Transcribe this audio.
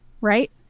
right